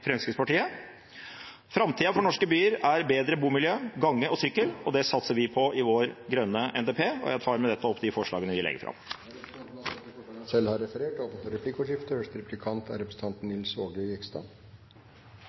Fremskrittspartiet. Framtida for norske byer er bedre bomiljø, gange og sykkel. Det satser vi på i vår grønne NTP. Jeg tar med dette opp de forslagene vi har lagt fram. Representanten Rasmus Hansson har tatt opp de forslagene han refererte til. Det blir replikkordskifte. Jeg er veldig glad for